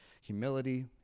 humility